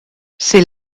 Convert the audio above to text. c’est